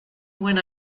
when